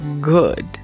good